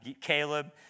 Caleb